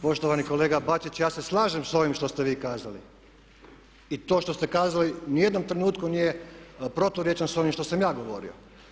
Poštovani kolega Bačić ja se slažem s ovim što ste vi kazali i to što ste kazali u nijednom trenutku nije proturječno s onim što sam ja govorio.